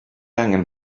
angen